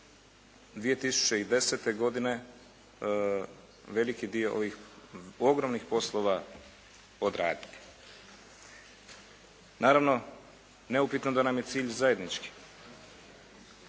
2010. godine veliki dio ovih ogromnih poslova odraditi. Naravno neupitno je da nam je cilj zajednički,